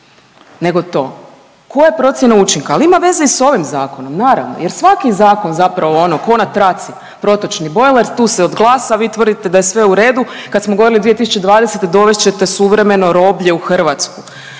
nego to koja je procjena učinka? Ali ima veze i s ovim zakonom naravno jer svaki zakon zapravo ono ko na traci, protočni bojler tu se odglasa, vi tvrdite da je sve u redu. Kad smo govorili 2020. dovest ćete suvremeno roblje u Hrvatsku,